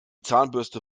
zahnbürste